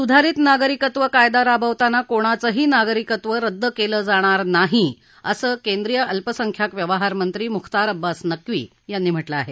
सुधारित नागरिकत्व कायदा राबवताना कोणाचंही नागरिकत्व रद्द केलं जाणार नाही असं केंद्रीय अल्पसंख्यांक व्यवहार मंत्री मुख्तार अब्बास नक्वी यांनी म्हटलं आहे